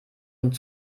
und